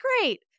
great